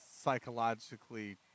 psychologically